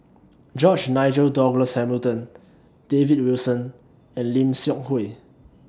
George Nigel Douglas Hamilton David Wilson and Lim Seok Hui